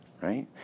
Right